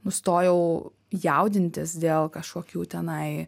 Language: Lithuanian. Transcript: nustojau jaudintis dėl kažkokių tenai